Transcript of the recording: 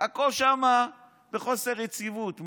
הכול שם בחוסר יציבות.